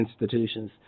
institutions